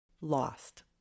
Lost